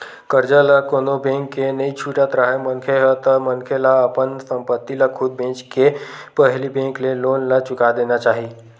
करजा ल कोनो बेंक के नइ छुटत राहय मनखे ह ता मनखे ला अपन संपत्ति ल खुद बेंचके के पहिली बेंक के लोन ला चुका देना चाही